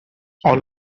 all